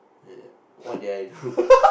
uh what did I do